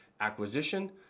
acquisition